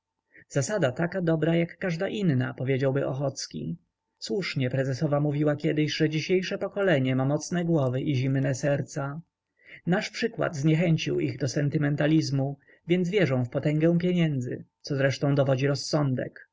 zasada taka dobra jak każda inna powiedziałby ochocki słusznie prezesowa mówiła kiedyś że dzisiejsze pokolenie ma mocne głowy i zimne serca nasz przykład zniechęcił ich do sentymentalizmu więc wierzą w potęgę pieniędzy co zresztą dowodzi rozsądku